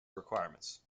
requirements